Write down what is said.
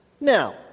Now